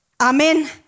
Amen